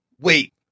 wait